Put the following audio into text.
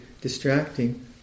distracting